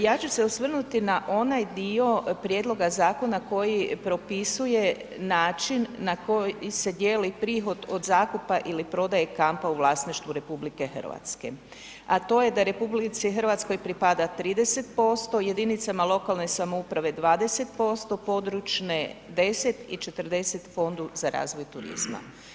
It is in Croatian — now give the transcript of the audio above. Ja ću se osvrnuti na onaj dio prijedloga zakona koji propisuje način na koji se dijeli prihod od zakupa ili prodaje kampa u vlasništvu RH, a to je da RH pripada 30%, jedinicama lokalne samouprave 20%, područne 10 i 40 Fondu za razvoj turizma.